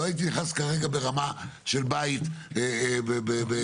לא הייתי נכנס כרגע ברמה של בית בתמ"א או משהו כזה.